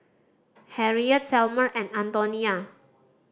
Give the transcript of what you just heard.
Harriet Selmer and Antonia